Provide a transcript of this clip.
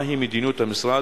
מהי מדיניות המשרד,